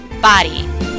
body